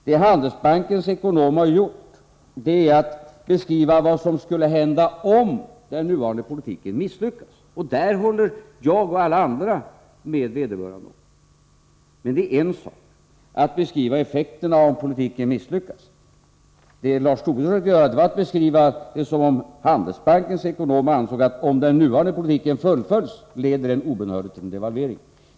Det Handelsbankens ekonom har gjort är att beskriva vad som kan hända om den nuvarande politiken misslyckas, och på den punkten håller jag och alla andra med vederbörande. Men det är en sak — att beskriva effekterna om politiken misslyckas. Vad Lars Tobisson försökte göra var att beskriva det hela som om Handelsbankens ekonom ansåg att om den nuvarande politiken fullföljs, så leder den obönhörligt till en devalvering.